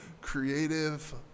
creative